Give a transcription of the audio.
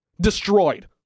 Destroyed